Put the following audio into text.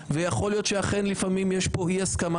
יכול להיות שאכן לפעמים יש כאן אי הסכמה